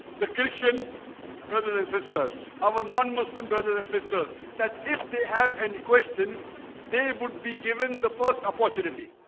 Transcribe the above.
the christian brothers and sisters our non muslim brothers and sisters that if they have any questions they would be given the first opportunity